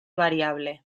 variable